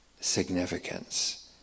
significance